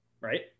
right